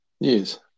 Yes